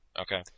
Okay